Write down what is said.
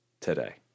today